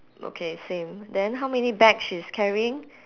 okay same then how many bag she's carrying